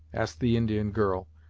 asked the indian girl,